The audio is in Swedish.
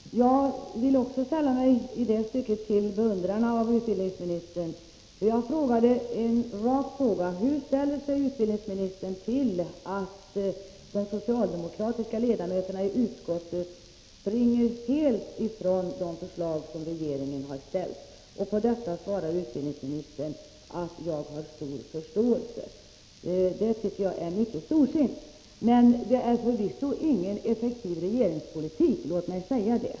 Herr talman! Jag vill också i det här stycket sälla mig till utbildningsministerns beundrare. Jag ställde en rak fråga: Hur ställer sig utbildningsministern till att de socialdemokratiska ledamöterna i utskottet springer helt ifrån de förslag som regeringen har lagt fram? På detta svarar utbildningsministern att hon har stor förståelse för det. Det tycker jag är mycket storsint. Men det är förvisso ingen effektiv regeringspolitik — låt mig säga det.